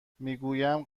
میگویم